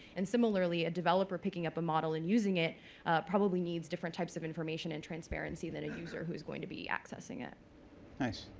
and similarly, a developer picking up a model and using it probably needs different types of information and transparency than a user who is going to be accessing it. chris nice.